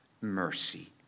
mercy